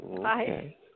Hi